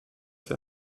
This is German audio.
für